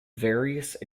various